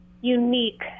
unique